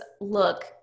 look